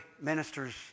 ministers